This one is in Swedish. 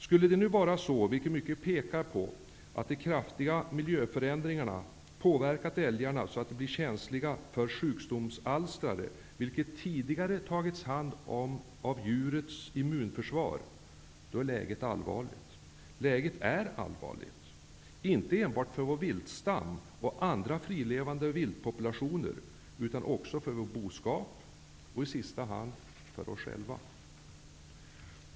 Skulle det nu vara så, vilket mycket pekar på, att de kraftiga miljöförädringarna påverkat älgarna så att de har blivit känsliga för sjukdomsalstrare, vilka tidigare tagits om hand av djurets immunförsvar, är läget allvarligt! Läget är allvarligt -- inte enbart för vår älgstam och andra frilevande viltpopulationer -- utan också för vår boskap och i sista hand för oss själva.